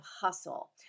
hustle